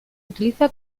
utiliza